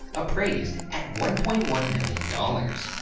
appraised at one point one million dollars.